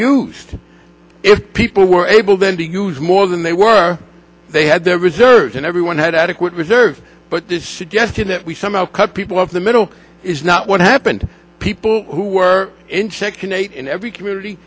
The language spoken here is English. used if people were able then to use more than they were they had their reserves and everyone had adequate reserves but this suggestion that we somehow cut people of the middle is not what happened people who were in check in every community